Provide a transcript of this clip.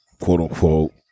quote-unquote